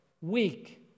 weak